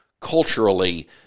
culturally